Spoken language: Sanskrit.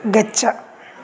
गच्छ